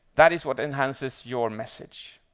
that is what enhances your message.